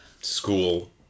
school